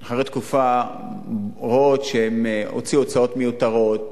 רואות אחרי תקופה שהן הוציאו הוצאות מיותרות,